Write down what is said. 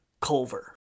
Culver